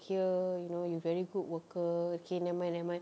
here you know you very good worker okay nevermind nevermind